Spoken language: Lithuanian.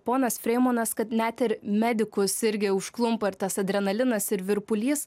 ponas freimanas kad net ir medikus irgi užklumpa ir tas adrenalinas ir virpulys